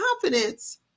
confidence